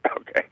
Okay